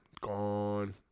Gone